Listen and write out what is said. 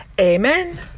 amen